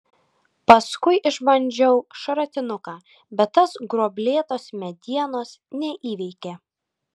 paskui išbandžiau šratinuką bet tas gruoblėtos medienos neįveikė